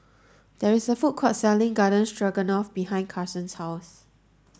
there is a food court selling Garden Stroganoff behind Karson's house